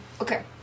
Okay